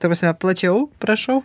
ta prasme plačiau prašau